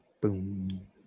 Boom